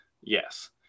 Yes